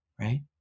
Right